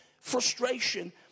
frustration